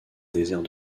désert